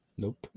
nope